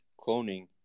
cloning